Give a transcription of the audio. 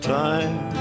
time